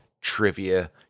Trivia